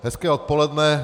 Hezké odpoledne.